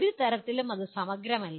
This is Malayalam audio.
ഒരു തരത്തിലും ഇത് സമഗ്രമല്ല